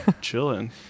Chilling